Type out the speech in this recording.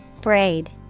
Braid